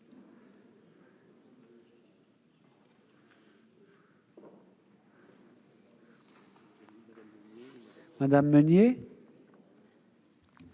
madame Meunier,